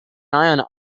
eye